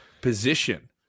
position